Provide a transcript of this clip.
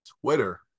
Twitter